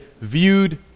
viewed